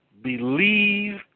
believe